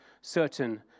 certain